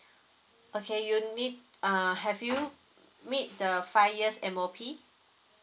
okay you need uh have you meet the five years M_O_P